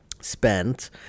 spent